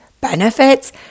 Benefits